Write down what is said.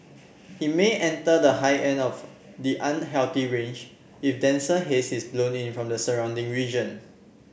it may enter the high end of the unhealthy range if denser haze is blown in from the surrounding region